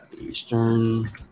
Eastern